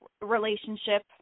relationship